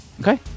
Okay